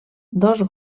dos